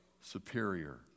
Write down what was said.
superior